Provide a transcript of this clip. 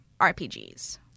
RPGs